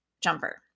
jumper